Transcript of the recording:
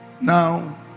Now